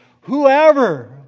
whoever